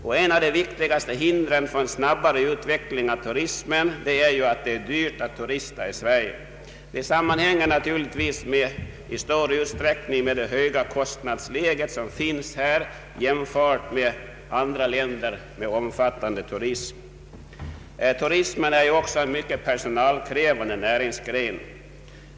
Ett av de viktigaste hindren för en snabbare utveckling av turismen är att det är dyrt att turista i Sverige. Detta sammanhänger naturligtvis i stor utsträckning med det höga kostnadsläget här jämfört med kostnadsläget i andra länder med omfattande turism. Turismen är ju också en mycket personalkrävande näringsgren.